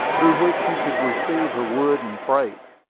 through which she could receive her wood and freight.